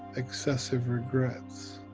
excessive regrets